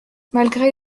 malgré